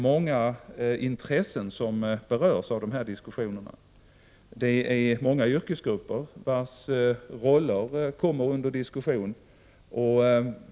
Många intressen berörs i dessa diskussioner, och många yrkesgruppers olika roller kommer under diskussion.